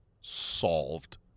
solved